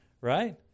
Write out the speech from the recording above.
Right